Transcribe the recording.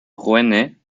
rouennais